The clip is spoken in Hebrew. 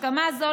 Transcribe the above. הסכמה זו,